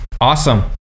Awesome